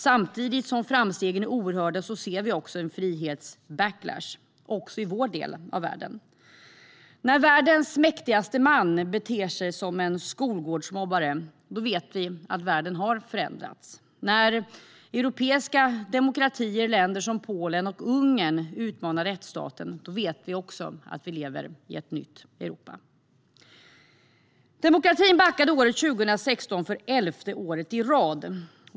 Samtidigt som framstegen är ohörda ser vi en frihets-backlash, också i vår del av världen. När världens mäktigaste man beter sig som en skolgårdsmobbare vet vi att världen har förändrats. När europeiska demokratier som Polen och Ungern utmanar rättsstaten vet vi att vi lever i ett nytt Europa. Demokratin backade år 2016 för elfte året i rad.